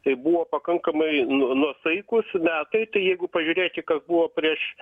tai buvo pakankamai nu nuosaikūs metai tai jeigu pažiūrėkit kas buvo prieš